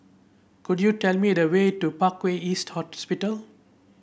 could you tell me the way to Parkway East Hospital